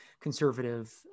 conservative